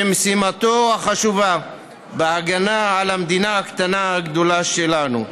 במשימתו החשובה בהגנה על המדינה הקטנה הגדולה שלנו.